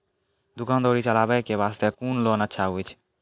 दुकान दौरी चलाबे के बास्ते कुन लोन अच्छा होय छै?